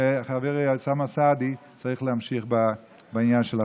כי חברי אוסאמה סעדי צריך להמשיך בעניין של החוק.